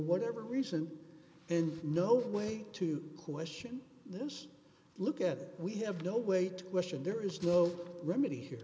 whatever reason and no way to question this look at it we have no way to question there is no remedy here